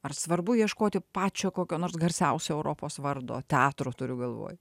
ar svarbu ieškoti pačio kokio nors garsiausio europos vardo teatro turiu galvoj